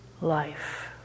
life